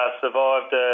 survived